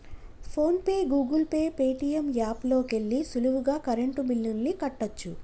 phone pay, Google Pay, Paytm app లోకెల్లి సులువుగా current బిల్లుల్ని కట్టచ్చు